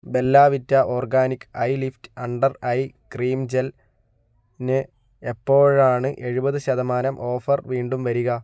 Bellavita organic eye lift under eye cream ജെല്ലിന് എപ്പോഴാണ് എഴുപത് ശതമാനം ഓഫർ വീണ്ടും വരിക